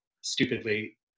stupidly